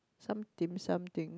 some dimsum thing